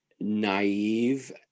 naive